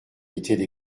étaient